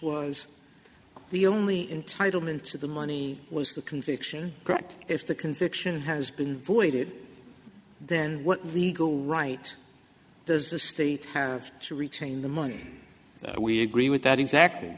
was the only entitle him to the money was the conviction correct if the conviction has been voided then what legal right does the state have to retain the money we agree with that exactly